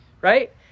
Right